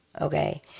Okay